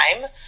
time